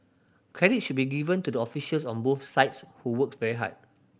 credit should be given to the officials on both sides who worked very hard